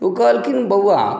तऽ ओ कहलखिन बौआ